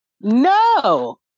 No